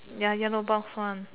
ya yellow box one